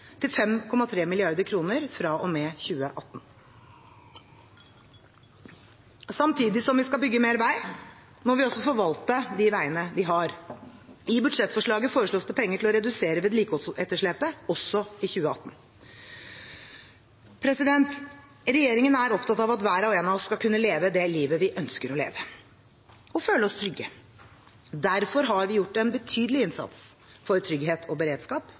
til 5,3 mrd. kr fra og med 2018. Samtidig som vi skal bygge mer vei, må vi forvalte de veiene vi har. I budsjettforslaget foreslås det penger til å redusere vedlikeholdsetterslepet også i 2018. Regjeringen er opptatt av at hver og en av oss skal kunne leve det livet vi ønsker å leve, og føle oss trygge. Derfor har vi gjort en betydelig innsats for trygghet og beredskap,